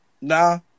Nah